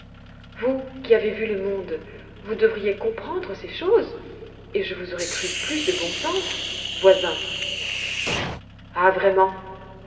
vous qui avez vu le monde vous devriez comprendre ces choses et je vous aurais cru plus de bon sens voisin ah vraiment